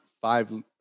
five